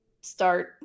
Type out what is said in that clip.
start